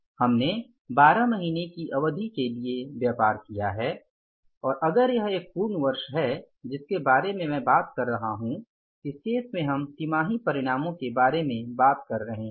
हमने 12 महीने की अवधि के लिए व्यापार किया है अगर यह एक पूर्ण वर्ष है जिसके बारे में मैं बात कर रहा हूं इस केस हम तिमाही परिणामों के बारे में बात कर रहे हैं